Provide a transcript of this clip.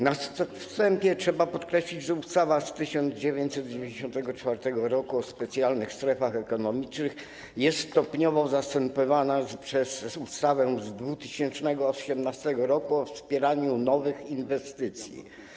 Na wstępie trzeba podkreślić, że ustawa z 1994 r. o specjalnych strefach ekonomicznych jest stopniowo zastępowana przez ustawę z 2018 r. o wspieraniu nowych inwestycji.